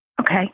Okay